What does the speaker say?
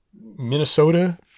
Minnesota